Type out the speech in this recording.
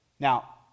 Now